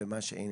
או מה שאין,